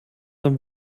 dann